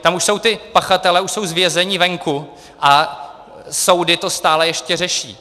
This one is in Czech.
Tam už jsou pachatelé z vězení venku a soudy to stále ještě řeší.